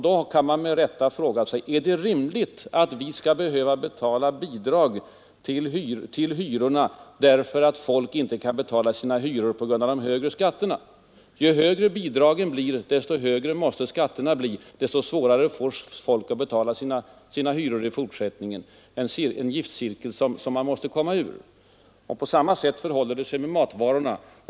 Då kan man med rätta fråga sig: Är det rimligt att man skall behöva ge bidrag till hyrorna därför att folk inte kan betala dem på grund av de höga skatterna? Ju högre bidragen blir, desto högre måste skatterna bli och desto svårare får folk att i fortsättningen betala sina hyror. Det är en giftcirkel som man måste komma ur, På samma sätt förhåller det sig med matvarorna.